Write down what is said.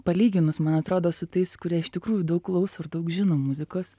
palyginus man atrodo su tais kurie iš tikrųjų daug klauso daug žino muzikos